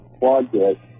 project